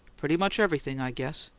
pretty much everything, i guess.